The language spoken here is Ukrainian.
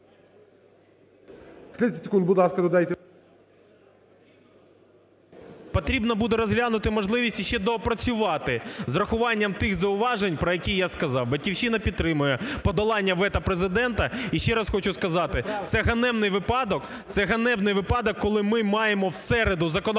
Потрібно буде розглянути можливість ще доопрацювати з урахуванням тих зауважень, про які я сказав. "Батьківщина" підтримує подолання вето Президента. І ще раз хочу сказати, це ганебний випадок. Це ганебний випадок, коли ми маємо в середу законопроект,